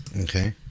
Okay